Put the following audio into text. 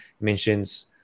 mentions